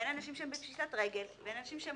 לבין אנשים שהם בפשיטת רגל לבין אנשים שהם